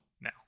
now